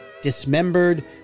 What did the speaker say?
dismembered